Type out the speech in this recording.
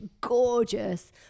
gorgeous